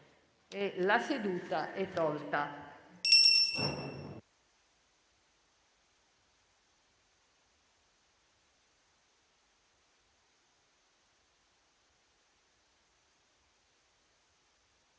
La seduta è tolta